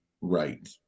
right